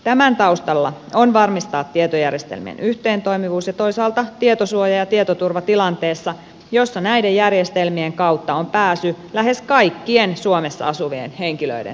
tämän taustalla on tarve varmistaa tietojärjestelmien yhteentoimivuus ja toisaalta tietosuoja ja tietoturva tilanteessa jossa näiden järjestelmien kautta on pääsy lähes kaikkien suomessa asuvien henkilöiden terveystietoihin